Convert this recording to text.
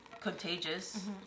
contagious